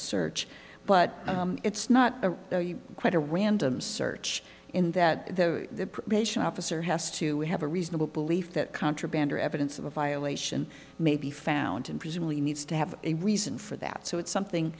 search but it's not a quite a random search in that the probation officer has to have a reasonable belief that contraband or evidence of a violation may be fountain presumably needs to have a reason for that so it's something